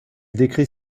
décrit